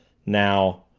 now,